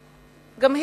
גם היא לא מקובלת.